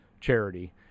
charity